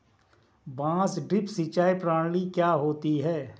बांस ड्रिप सिंचाई प्रणाली क्या होती है?